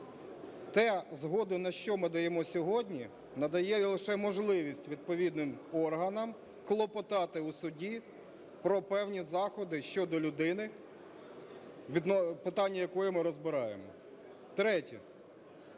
те, згоду на що ми даємо сьогодні, надає лише можливість відповідним органам клопотати у суді про певні заходи щодо людини, питання якої ми розбираємо. Третє.